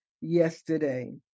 yesterday